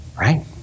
right